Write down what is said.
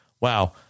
Wow